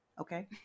okay